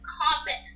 comment